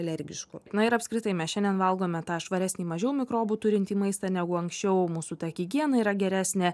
alergiškų na ir apskritai mes šiandien valgome tą švaresnį mažiau mikrobų turintį maistą negu anksčiau mūsų ta higiena yra geresnė